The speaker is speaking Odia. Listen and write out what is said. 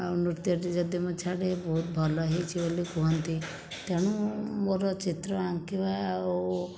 ଆଉ ନୃତ୍ୟଟି ଯଦି ମୁଁ ଛାଡ଼େ ବହୁତ ଭଲ ହୋଇଛି ବୋଲି କୁହନ୍ତି ତେଣୁ ମୋର ଚିତ୍ର ଆଙ୍କିବା ଆଉ